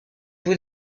vous